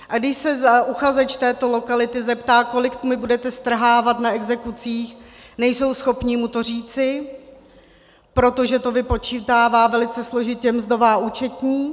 A když se uchazeč z této lokality zeptá, kolik mi budete strhávat na exekucích, nejsou schopni mu to říci, protože to vypočítává velice složitě mzdová účetní.